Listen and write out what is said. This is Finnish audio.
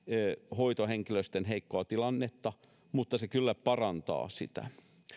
hoitohenkilöstön heikkoa tilannetta mutta se kyllä parantaa sitä